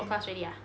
haven't yet